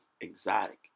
Exotic